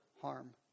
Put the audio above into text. harm